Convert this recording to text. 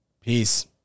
Peace